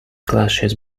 clashes